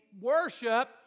worship